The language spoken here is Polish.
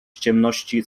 ciemności